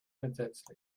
entsetzlich